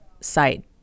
site